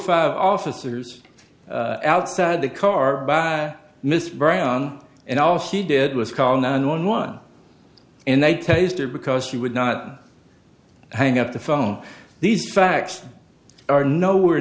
five officers outside the car by mr brown and all she did was call nine one one and they taste her because she would not hang up the phone these facts are nowhere